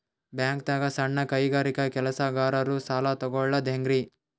ಬ್ಯಾಂಕ್ದಾಗ ಸಣ್ಣ ಕೈಗಾರಿಕಾ ಕೆಲಸಗಾರರು ಸಾಲ ತಗೊಳದ್ ಹೇಂಗ್ರಿ?